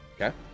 Okay